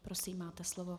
Prosím, máte slovo.